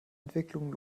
entwicklung